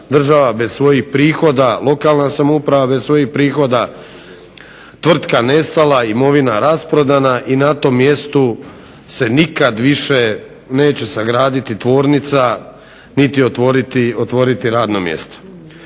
država bez svojih prihoda, lokalna samouprava bez svojih prihoda, tvrtka nestala, imovina rasprodana i na tom mjestu se nikad više neće sagraditi tvornica niti otvoriti radno mjesto.